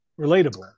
Relatable